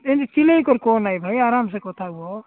ଏମିତି ଚିଲେଇ କରି କହନାଇ ଭାଇ ଆରାମସେ କଥାହୁଅ